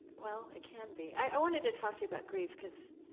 well, it can be. i wanted to talk to you about grief, because